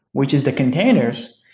which is the containers,